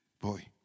Boy